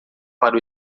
para